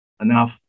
enough